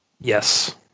Yes